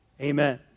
Amen